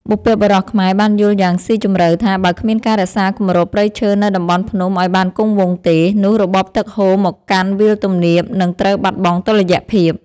បុព្វបុរសខ្មែរបានយល់យ៉ាងស៊ីជម្រៅថា បើគ្មានការរក្សាគម្របព្រៃឈើនៅតំបន់ភ្នំឱ្យបានគង់វង្សទេ នោះរបបទឹកហូរមកកាន់វាលទំនាបនឹងត្រូវបាត់បង់តុល្យភាព។